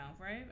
right